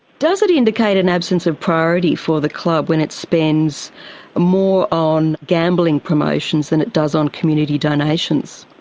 does it indicate an absence of priority for the clubs when it spends more on gambling promotions than it does on community donations?